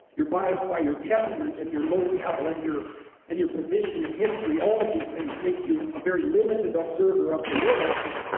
you're biased by your temperament and your locale and your and your position in history, all of these things make you a very limited observer of the world.